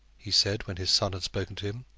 he said, when his son had spoken to him.